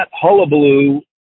hullabaloo